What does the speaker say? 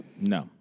No